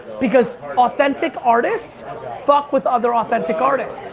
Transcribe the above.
because authentic artists fuck with other authentic artists.